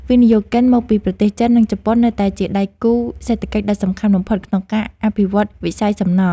វិនិយោគិនមកពីប្រទេសចិន និងជប៉ុននៅតែជាដៃគូសេដ្ឋកិច្ចដ៏សំខាន់បំផុតក្នុងការអភិវឌ្ឍវិស័យសំណង់។